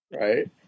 Right